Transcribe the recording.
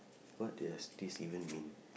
what does this even mean